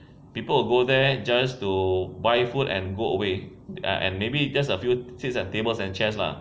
people will go there just to buy food and go away ah and maybe just a few seats and tables and chairs lah